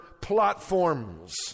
platforms